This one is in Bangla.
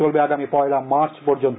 চলবে আগামী পয়লা মার্চ পর্যন্ত